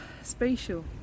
spatial